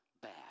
bad